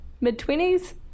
mid-twenties